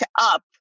up